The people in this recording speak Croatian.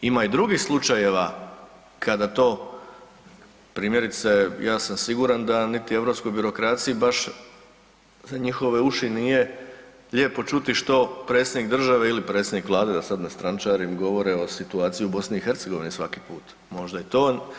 Ima i drugih slučajeva kada to primjerice ja sam siguran da niti europskoj birokraciji baš za njihove uši nije lijepo čuti što predsjednik države ili predsjednik Vlade da sad ne strančarim govore o situaciji u BiH svaki put, možda je to.